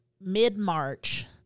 mid-March